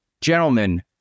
Gentlemen